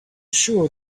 sure